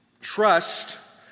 trust